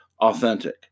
authentic